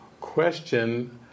question